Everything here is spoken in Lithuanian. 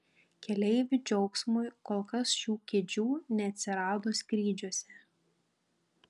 keleivių džiaugsmui kol kas šių kėdžių neatsirado skrydžiuose